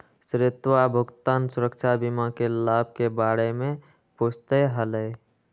श्वेतवा भुगतान सुरक्षा बीमा के लाभ के बारे में पूछते हलय